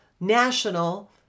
national